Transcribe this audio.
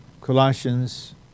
Colossians